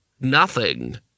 Nothing